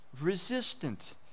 resistant